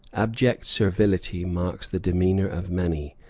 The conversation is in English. abject servility marks the demeanor of many,